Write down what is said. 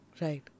Right